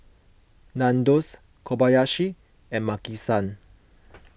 Nandos Kobayashi and Maki San